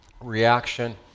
reaction